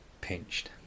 pinched